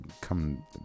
come